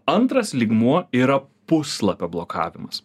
antras lygmuo yra puslapio blokavimas